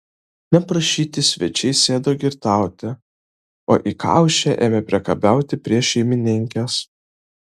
neprašyti svečiai sėdo girtauti o įkaušę ėmė priekabiauti prie šeimininkės